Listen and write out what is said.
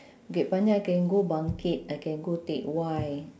bukit panjang I can go bangkit I can go teck whye